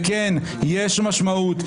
וכן, יש משמעות.